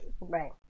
Right